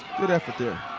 good effort there.